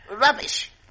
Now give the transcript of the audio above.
Rubbish